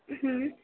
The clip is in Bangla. হুম